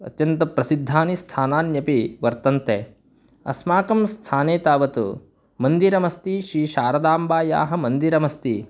अत्यन्तप्रसिद्धानि स्थानान्यपि वर्तन्ते अस्माकं स्थाने तावत् मन्दिरमस्ति श्रीशारदाम्बायाः मन्दिरमस्ति